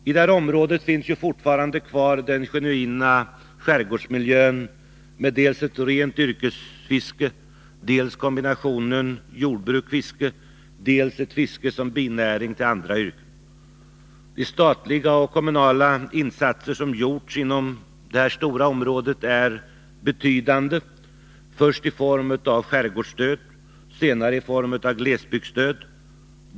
I detta område finns fortfarande den genuina skärgårdsmiljön kvar, med dels ett rent yrkesfiske, dels kombinationen jordbruk-fiske, dels också ett fiske som binäring till andra yrken. De statliga och kommunala insatser som gjorts inom det här stora området är betydande — först i form av skärgårdsstöd, sedan i form av glesbygdsstöd.